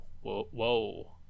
whoa